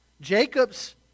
Jacob's